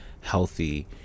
healthy